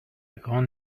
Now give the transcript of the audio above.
grande